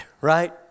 right